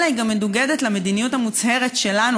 אלא היא גם מנוגדת למדיניות המוצהרת שלנו,